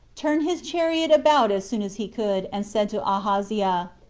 turned his chariot about as soon as he could, and said to ahaziah,